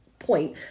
point